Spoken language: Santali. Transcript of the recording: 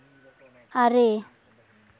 ᱟᱨᱮ